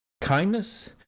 kindness